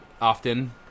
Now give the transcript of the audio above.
often